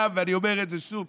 ואני אומר את זה שוב,